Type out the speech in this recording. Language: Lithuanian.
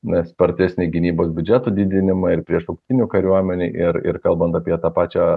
na spartesnį gynybos biudžeto didinimą ir prieš šauktinių kariuomenę ir ir kalbant apie tą pačią